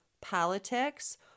politics